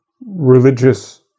religious